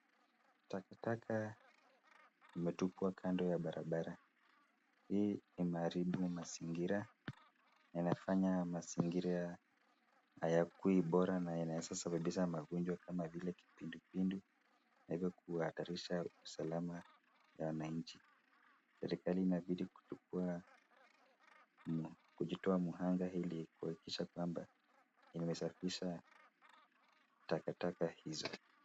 Takataka imetupwa kando ya barabara. hii imeharibu mazingira. Inafanya mazingira hayakuwi bora na inaweza sababisha magonjwa kama vile kipindupindu. Inaweza kuhatarisha usalama ya wananchi. Serikali inazidi kuchukua kujitoa mhanga ili kuhakikisha kwamba wamesafisha takataka hizo.